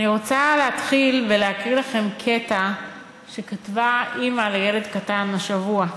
אני רוצה להתחיל ולהקריא לכם קטע שכתבה אימא לילד קטן השבוע: